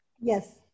Yes